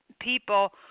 people